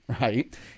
right